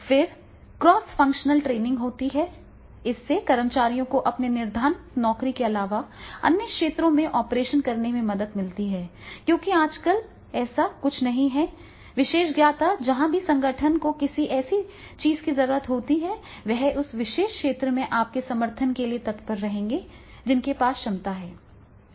फिर cross functional training होती है इससे कर्मचारियों को अपनी निर्धारित नौकरी के अलावा अन्य क्षेत्रों में ऑपरेशन करने में मदद मिलती है क्योंकि आजकल ऐसा कुछ नहीं है विशेषज्ञता इसलिए जहां भी संगठन को किसी ऐसी चीज की जरूरत होती है वे उस विशेष क्षेत्र में आपके समर्थन के लिए तत्पर रहेंगे जिनके पास क्षमता है